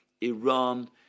Iran